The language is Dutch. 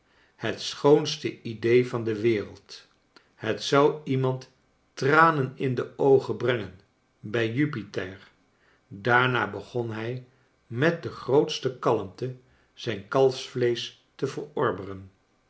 het schoonste idee van de wereld het zou iemand tranen in de oogen brengen bij jupiter daarna begon hij met de grootste kalmte zijn kalfsvleesch te verorberen